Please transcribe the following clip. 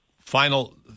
final –